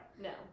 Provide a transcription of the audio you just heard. No